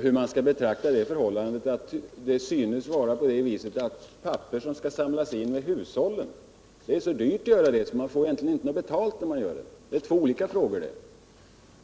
hur man skall betrakta det förhållandet att det synes vara så dyrt att samla in papper från hushållen att kommunerna egentligen inte får någonting betalt om de gör detta.